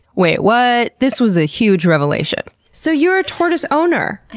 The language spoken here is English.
wait what? this was a huge revelation! so you're a tortoise owner!